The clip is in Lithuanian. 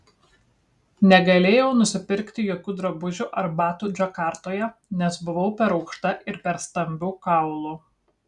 negalėjau nusipirkti jokių drabužių ar batų džakartoje nes buvau per aukšta ir per stambių kaulų